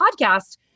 podcast